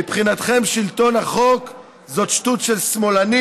מבחינתכם שלטון החוק זאת שטות של שמאלנים.